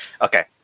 Okay